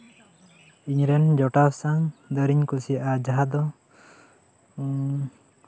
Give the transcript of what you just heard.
ᱤᱧᱨᱮᱱ ᱡᱚᱴᱟᱣ ᱥᱟᱶ ᱫᱟᱹᱲ ᱤᱧ ᱠᱩᱥᱤᱭᱟᱜᱼᱟ ᱡᱟᱦᱟᱸ ᱫᱚ ᱦᱮᱸ